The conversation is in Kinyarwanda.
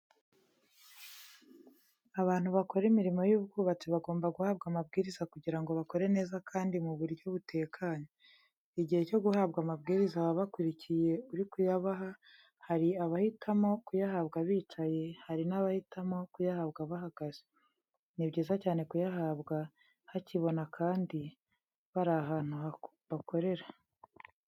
Abantu bakora imirimo y'ubwubatsi bagomba guhabwa amabwiriza kugira ngo bakore neza kandi mu buryo butekanye. Igihe cyo guhabwa amabwiriza baba bakurikiye uri kuyabaha; hari abahitamo kuyahabwa bicaye, hari na bahitamo kuyahabwa bahagaze. Ni byiza cyane kuyahabwa hakibona kandi bari ahantu bakorera.